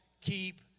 keep